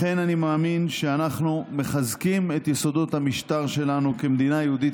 לכן אני מאמין שאנחנו מחזקים את יסודות המשטר שלנו כמדינה יהודית